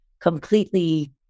completely